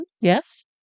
Yes